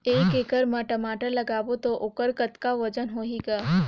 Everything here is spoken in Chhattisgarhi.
एक एकड़ म टमाटर लगाबो तो ओकर कतका वजन होही ग?